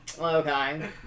okay